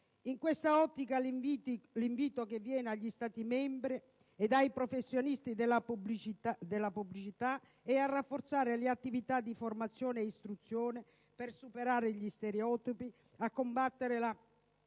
In questa ottica, viene rivolto agli Stati membri ed ai professionisti della pubblicità l'invito a rafforzare le attività di formazione ed istruzione per superare gli stereotipi, a combattere la